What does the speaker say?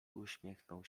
uśmiechnął